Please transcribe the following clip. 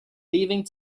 leaving